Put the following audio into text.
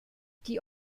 die